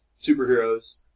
superheroes